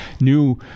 new